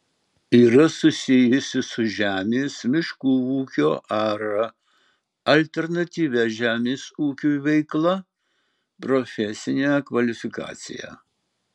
yra susijusi su žemės miškų ūkio ar alternatyvia žemės ūkiui veikla profesinę kvalifikaciją